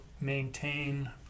maintain